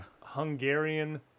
hungarian